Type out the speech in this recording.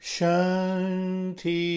Shanti